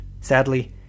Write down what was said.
Sadly